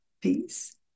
peace